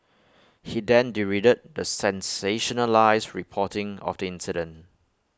he then derided the sensationalised reporting of the incident